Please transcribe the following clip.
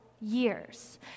years